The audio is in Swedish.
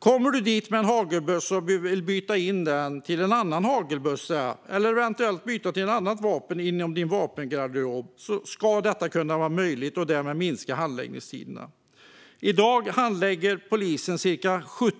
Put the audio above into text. Kommer du dit med en hagelbössa och vill byta in den till en annan hagelbössa eller eventuellt byta till ett annat vapen inom din vapengarderob ska detta vara möjligt. Därmed minskas handläggningstiderna. I dag handlägger polisen ca 70